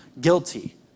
guilty